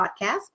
podcast